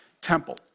temple